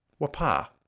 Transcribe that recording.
Wapa